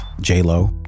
J-Lo